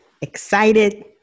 excited